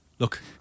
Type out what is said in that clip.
Look